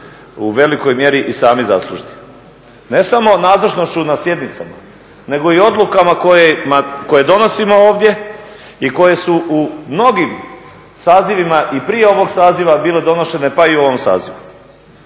u velikoj mjeri i sami zaslužni. Ne samo nazočnošću na sjednicama nego i odlukama koje donosimo ovdje i koje su u mnogim sazivima i prije ovog saziva bile donošene pa i u ovom sazivu.